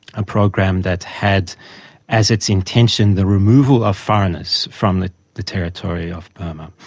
a program that had as its intention the removal of foreigners from the the territory of burma.